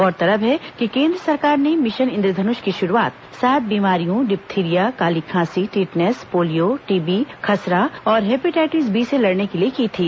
गौरतलब है कि केन्द्र सरकार ने मिशन इंद्रधनुष की शुरूआत सात बीमारियों डिप्थीरिया काली खांसी टिटनेस पोलियो टीबी खसरा और हेपेटाइटिस बी से लड़ने के लिए की थी